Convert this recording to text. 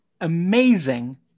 amazing